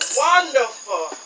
wonderful